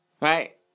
Right